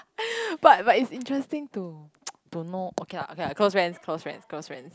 but but it's interesting to to know okay lah okay lah close friends close friends close friends